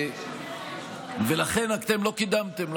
לכן, אתם לא קידמתם.